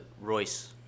Royce